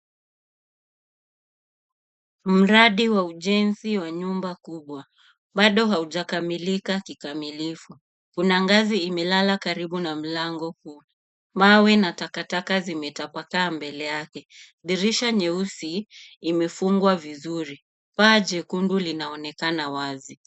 Mradi wa ujenzi wa nyumba kubwa, bado haujakamilika kikamilifu. Kuna ngazi imelala karibu na mlango huu. Mawe na takataka zimetapakaa mbele yake. Dirisha nyeusi imefungwa vizuri. Paa jekundu linaonekana wazi.